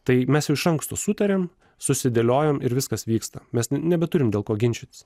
tai mes iš anksto sutariam susidėliojam ir viskas vyksta mes nebeturim dėl ko ginčytis